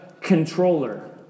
controller